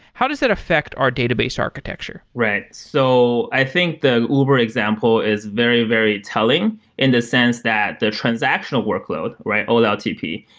how does that affect our database architecture? right. so i think the uber example is very, very telling in the sense that the transactional workload, oltp,